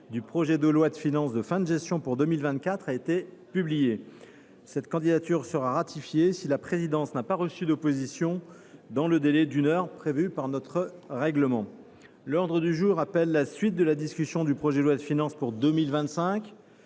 du projet de loi de finances de fin de gestion pour 2024 a été publiée. Cette candidature sera ratifiée si la présidence n’a pas reçu d’opposition dans le délai d’une heure prévu par notre règlement. L’ordre du jour appelle la suite de la discussion du projet de loi de finances pour 2025,